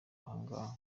ahangaha